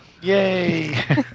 Yay